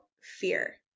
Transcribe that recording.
fear